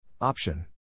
Option